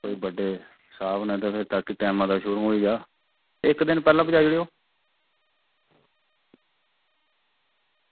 ते बड्डे साहब न ते टैमां दा शुरू होई जा ते इक्क दिन पैह्लें भेजाई ओड़ेओ